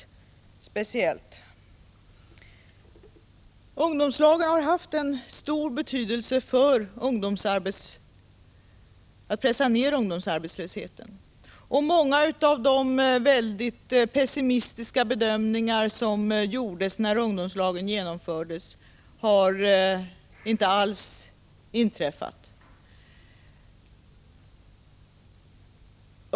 Ungdomslagen har haft en stor betydelse för att pressa ned ungdomsarbetslösheten. Många av de pessimistiska bedömningar som gjordes när ungdomslagen infördes har inte alls infriats.